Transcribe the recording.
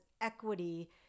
equity